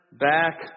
back